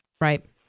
Right